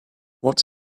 what